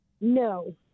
No